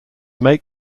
make